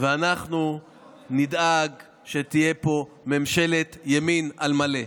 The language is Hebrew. ואנחנו נדאג שתהיה פה ממשלת ימין על מלא.